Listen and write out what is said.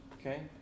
okay